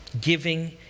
Giving